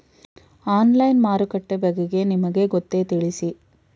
Online ಮಾರುಕಟ್ಟೆ ಬಗೆಗೆ ನಿಮಗೆ ಗೊತ್ತೇ? ತಿಳಿಸಿ?